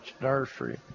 Nursery